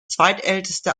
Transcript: zweitälteste